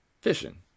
Fishing